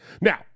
Now